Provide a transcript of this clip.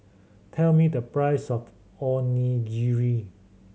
tell me the price of Onigiri